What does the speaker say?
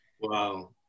Wow